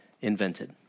invented